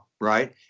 right